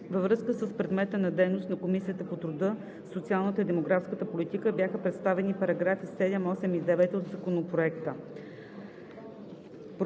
Във връзка с предмета на дейност на Комисията по труда, социалната и демографката политика бяха представени параграфи 7, 8 и 9 от Законопроекта.